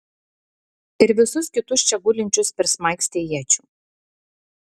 ir visus kitus čia gulinčius prismaigstė iečių